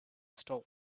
store